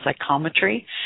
psychometry